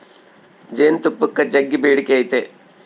ಜೇನುತುಪ್ಪಕ್ಕ ಜಗ್ಗಿ ಬೇಡಿಕೆ ಐತೆ